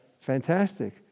fantastic